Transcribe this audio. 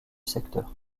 secteur